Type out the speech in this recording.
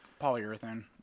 polyurethane